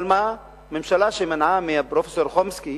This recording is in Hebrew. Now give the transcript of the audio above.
אבל מה, ממשלה שמנעה מפרופסור חומסקי